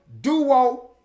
duo